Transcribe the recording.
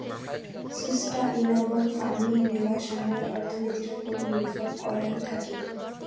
sustainable farming মেলা সময় অর্থনীতির ওপর নির্ভর করাং থাকি